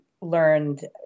learned